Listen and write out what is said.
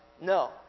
No